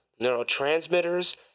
neurotransmitters